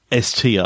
STR